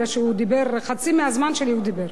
כי הוא דיבר חצי מהזמן שלי הוא דיבר.